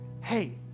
hey